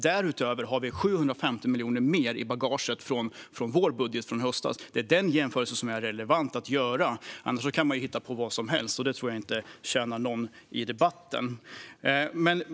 Därutöver har vi 750 miljoner mer i bagaget från vår budget från i höstas. Det är den jämförelsen som är relevant att göra. Annars kan man ju hitta på vad som helst, och det tror jag inte tjänar någon i debatten.